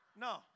no